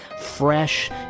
fresh